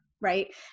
right